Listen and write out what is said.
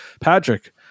patrick